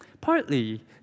Partly